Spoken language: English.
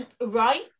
Right